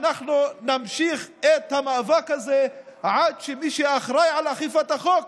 אנחנו נמשיך את המאבק הזה עד שמי שאחראי לאכיפת החוק